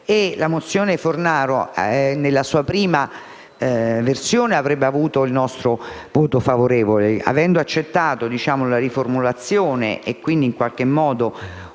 La mozione n. 817 nella sua prima versione avrebbe avuto il nostro voto favorevole. Avendo accettato la riformulazione e, quindi, essendo